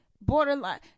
borderline